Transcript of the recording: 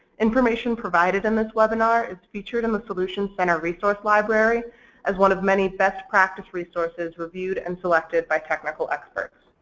information provided in this webinar is featured in the solution center resource library as one of many best practice resources reviewed and selected by technical experts.